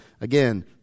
again